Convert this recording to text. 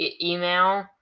email